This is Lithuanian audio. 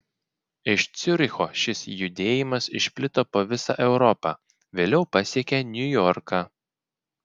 iš ciuricho šis judėjimas išplito po visą europą vėliau pasiekė niujorką